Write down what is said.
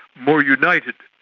more united,